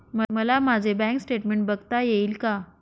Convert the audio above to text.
मला माझे bank statement बघता येईल का?